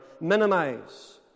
minimize